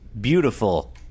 beautiful